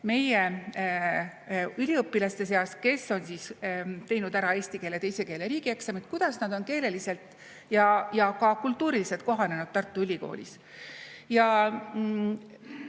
meie üliõpilaste seas, kes on teinud ära eesti keele kui teise keele riigieksami, et kuidas nad on keeleliselt ja ka kultuuriliselt kohanenud Tartu Ülikoolis. Ja